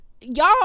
y'all